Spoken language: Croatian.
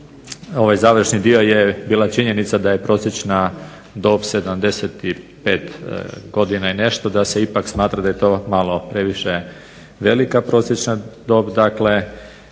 ovaj završni dio, je bila činjenica da je prosječna dob 75 godina i nešto, da se ipak smatra da je to malo previše velika prosječna dob